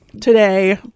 today